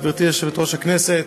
גברתי יושבת-ראש הישיבה,